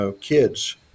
kids